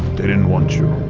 they didn't want you.